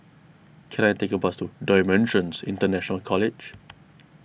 can I take a bus to Dimensions International College